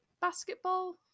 basketball